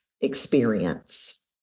experience